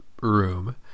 Room